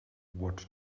what